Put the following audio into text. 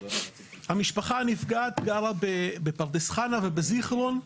המשפחה הנפגעת גרה בפרדס חנה ובזיכרון,